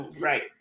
Right